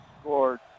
scored